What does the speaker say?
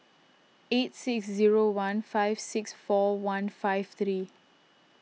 eight six zero one five six four one five three